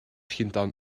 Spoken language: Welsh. llundain